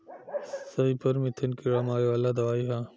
सईपर methane कीड़ा मारे वाला दवाई ह